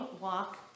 walk